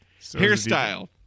Hairstyle